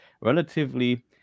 relatively